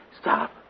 Stop